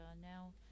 now